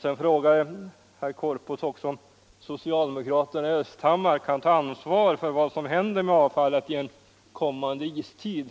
Sedan frågade herr Korpås även om socialdemokraterna kan ta ansvar för vad som händer med avfallet i en kommande istid.